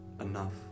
enough